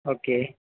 okay